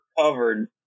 covered